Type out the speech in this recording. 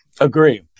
Agree